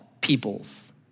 peoples